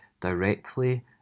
directly